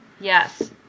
Yes